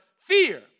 fear